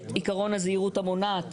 את עקרון הזהירות המונעת,